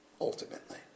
ultimately